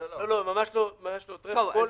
לא, ממש לא טרמפים.